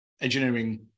engineering